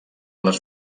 les